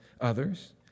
others